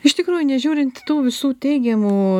iš tikrųjų nežiūrint tų visų teigiamų